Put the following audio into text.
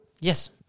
Yes